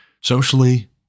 socially